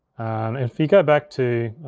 and if you go back to